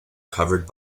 covered